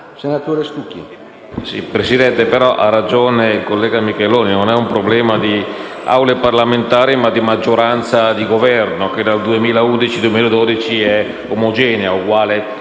Signor Presidente, ha ragione il collega Micheloni: non è un problema di Assemblee parlamentari ma di maggioranza di Governo, che dal 2011 al 2012 è omogenea, uguale